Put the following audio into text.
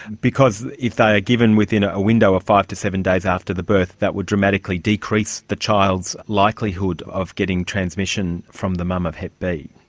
because if they are given within a window of five to seven days after the birth that will dramatically decrease the child's likelihood of getting transmission from the mum of hep b.